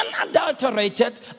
unadulterated